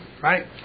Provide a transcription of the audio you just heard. right